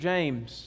James